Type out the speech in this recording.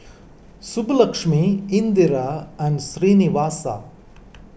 Subbulakshmi Indira and Srinivasa